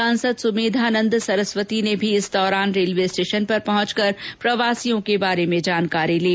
सांसद सुमेधानंद सरस्वती ने भी इस दौरान रेलवे स्टेशन पहंचकर प्रवासियों के बारे में जानकारी ली